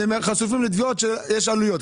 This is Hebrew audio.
הם חשופים לתביעות ויש עלויות.